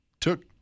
Took